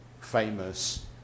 famous